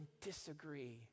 disagree